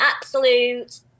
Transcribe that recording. absolute